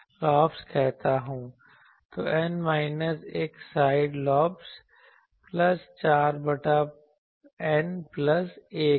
तो N minus 1 side lobes plus 4 pi बटा N plus 1 है